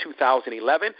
2011